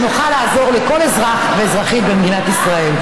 שנוכל לעזור לכל אזרח ואזרחית במדינת ישראל.